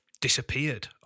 disappeared